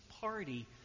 party